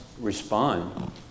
respond